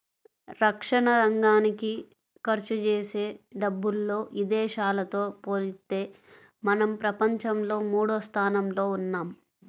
రక్షణరంగానికి ఖర్చుజేసే డబ్బుల్లో ఇదేశాలతో పోలిత్తే మనం ప్రపంచంలో మూడోస్థానంలో ఉన్నాం